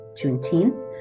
Juneteenth